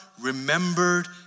remembered